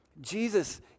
Jesus